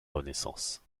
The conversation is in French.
renaissance